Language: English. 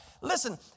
Listen